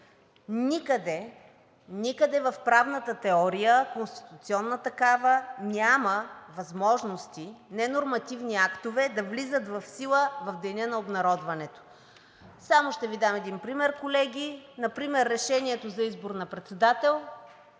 Никъде в правната теория, конституционна такава, няма възможности ненормативни актове да влизат в сила в деня на обнародването. Само ще Ви дам един пример, колеги, например решението за избор на председател